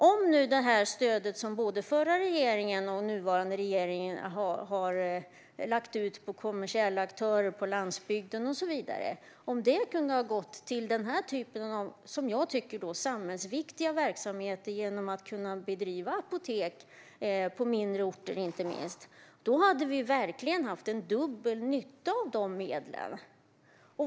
Om nu det här stödet, som både den förra och den nuvarande regeringen har lagt ut på kommersiella aktörer på landsbygden, hade kunnat gå till den här typen av, som jag tycker, samhällsviktiga verksamheter genom möjligheten att bedriva apotek på inte minst mindre orter hade vi verkligen fått dubbel nytta av medlen.